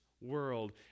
world